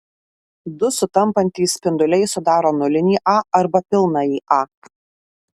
du sutampantys spinduliai sudaro nulinį a arba pilnąjį a